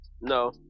No